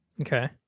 Okay